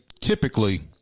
typically –